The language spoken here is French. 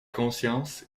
conscience